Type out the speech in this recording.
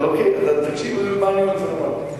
אוקיי, אז רק תקשיב מה אני רוצה לומר לך.